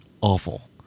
awful